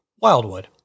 Wildwood